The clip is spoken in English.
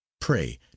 pray